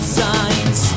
signs